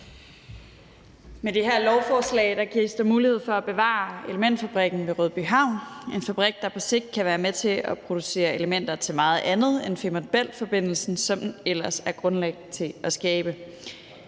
Med det her lovforslag gives der mulighed for at bevare elementfabrikken ved Rødbyhavn, en fabrik, der på sigt kan være med til at producere elementer til meget andet end Femern Bælt-forbindelsen, som den ellers er grundlag for at skabe.